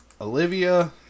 Olivia